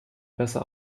besser